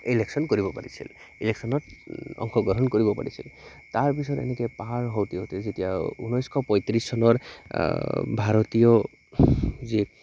election কৰিব পাৰিছিল ইলেকশ্যনত অংশগ্ৰহণ কৰিব পাৰিছিল তাৰপিছত এনেকৈ পাৰ হওঁতে হওঁতে যেতিয়া ঊনৈছশ পঁয়ত্ৰিছ চনৰ ভাৰতীয় যি